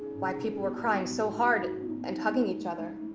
why people were crying so hard and hugging each other.